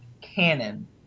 canon